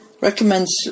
recommends